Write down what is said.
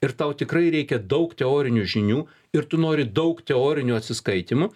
ir tau tikrai reikia daug teorinių žinių ir tu nori daug teorinių atsiskaitymų